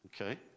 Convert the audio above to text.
Okay